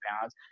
pounds